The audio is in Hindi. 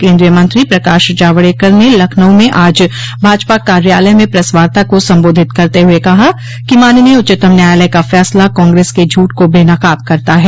केन्द्रीय मंत्री प्रकाश जावड़ेकर ने लखनऊ में आज भाजपा कार्यालय में प्रेस वार्ता को संबोधित करते हुए कहा कि माननीय उच्चतम न्यायालय का फैसला कांग्रेस के झूठ को बेनकाब करता है